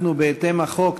בהתאם לחוק,